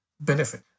benefit